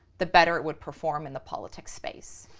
the better it would perform in the politics space.